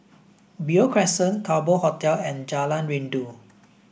Beo Crescent Kerbau Hotel and Jalan Rindu